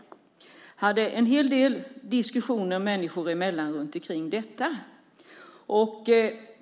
Jag hade en hel del diskussioner människor emellan om detta.